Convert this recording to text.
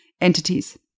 entities